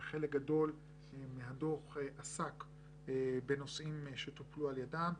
שחלק גדול מהדוח עסק בנושאים שטופלו על ידם,